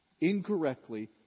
incorrectly